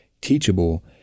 teachable